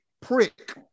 prick